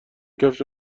کفش